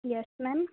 Yash ma'am